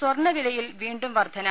സ്വർണ്ണ വിലയിൽ വീണ്ടും വർധന